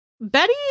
Betty